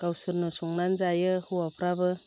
गावसोरनो संनानै जायो हौवाफ्राबो